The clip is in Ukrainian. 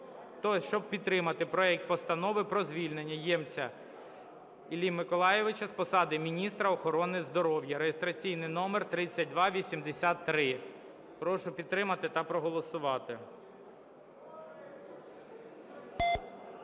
щоб підтримати проект постанови про звільнення Ємця Іллі Миколайовича з посади Міністра охорони здоров'я (реєстраційний номер 3283). Прошу підтримати та проголосувати.